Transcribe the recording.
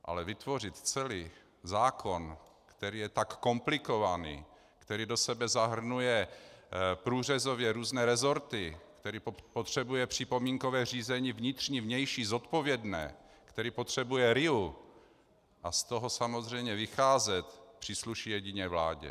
Ale vytvořit celý zákon, který je tak komplikovaný, který do sebe zahrnuje průřezově různé resorty, který potřebuje připomínkové řízení vnitřní, vnější, zodpovědné, který potřebuje RIA, a z toho samozřejmě vycházet přísluší jedině vládě.